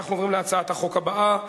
אנחנו עוברים להצעת החוק הבאה,